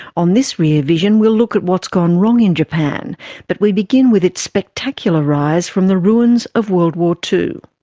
on this rear vision we'll look at what's gone wrong in japan but we begin with its spectacular rise from the ruins of world war ii.